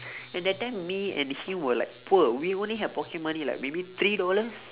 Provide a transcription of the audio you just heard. and that time me and him were like poor we only had pocket money like maybe three dollars